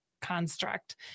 construct